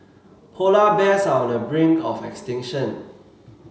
polar bears are on the brink of extinction